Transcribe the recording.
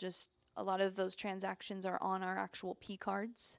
just a lot of those transactions are on our actual p cards